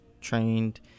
trained